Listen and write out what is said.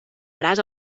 braç